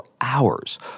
hours